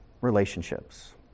relationships